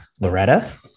loretta